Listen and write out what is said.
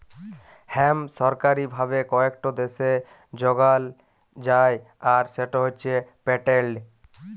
hemp সরকারি ভাবে কয়েকট দ্যাশে যগাল যায় আর সেট হছে পেটেল্টেড